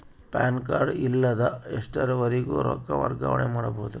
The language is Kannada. ಪ್ಯಾನ್ ಕಾರ್ಡ್ ಇಲ್ಲದ ಎಷ್ಟರವರೆಗೂ ರೊಕ್ಕ ವರ್ಗಾವಣೆ ಮಾಡಬಹುದು?